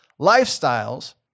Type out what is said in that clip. lifestyles